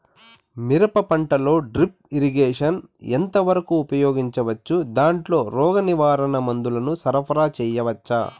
మిరప పంటలో drip irrigation ఎంత వరకు ఉపయోగించవచ్చు, దాంట్లో రోగ నివారణ మందుల ను సరఫరా చేయవచ్చా?